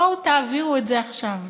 בואו תעבירו את זה עכשיו